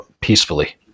peacefully